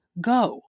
Go